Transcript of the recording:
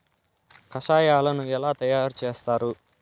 కషాయాలను ఎలా తయారు చేస్తారు?